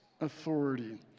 authority